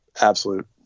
absolute